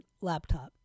laptop